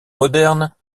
modernes